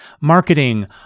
marketing